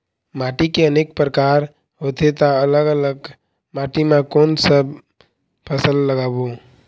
माटी के अनेक प्रकार होथे ता अलग अलग माटी मा कोन कौन सा फसल लगाबो?